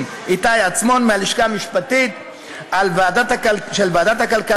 איתי עצמון מהלשכה המשפטית של ועדת הכלכלה,